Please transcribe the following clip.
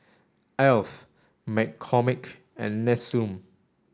Alf McCormick and Nestum